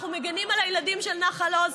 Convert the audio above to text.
אנחנו מגינים על הילדים של נחל עוז.